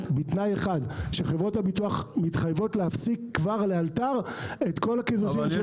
בתנאי אחד: שחברות הביטוח מתחייבות להפסיק לאלתר את כל הקיזוזים.